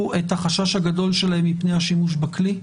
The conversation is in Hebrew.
את החשש הגדול שלהם מפני השימוש בכלי.